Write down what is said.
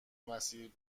مسیر